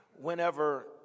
whenever